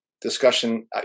discussion